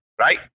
Right